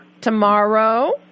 tomorrow